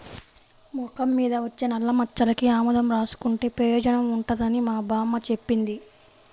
మొఖం మీద వచ్చే నల్లమచ్చలకి ఆముదం రాసుకుంటే పెయోజనం ఉంటదని మా బామ్మ జెప్పింది